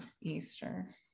easter